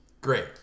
great